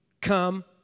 come